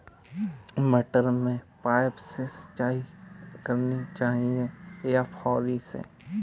मटर में पाइप से सीधे सिंचाई करनी चाहिए या फुहरी से?